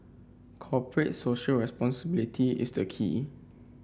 corporate Social Responsibility is the key